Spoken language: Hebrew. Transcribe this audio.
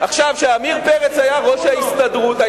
כשעמיר פרץ היה ראש ההסתדרות,